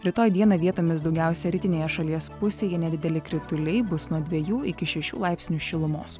rytoj dieną vietomis daugiausia rytinėje šalies pusėje nedideli krituliai bus nuo dviejų iki šešių laipsnių šilumos